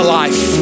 life